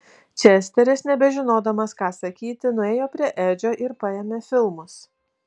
česteris nebežinodamas ką sakyti nuėjo prie edžio ir paėmė filmus